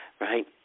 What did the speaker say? right